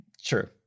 true